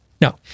No